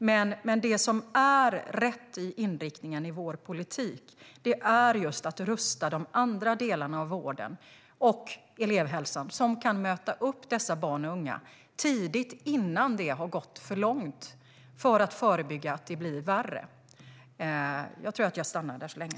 Men det som är rätt i inriktningen i vår politik är just att man ska rusta de andra delarna av vården och elevhälsan, som kan möta dessa barn och unga tidigt, innan det har gått för långt, för att förebygga att det blir värre. Jag tror att jag stannar där så länge.